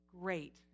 Great